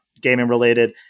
gaming-related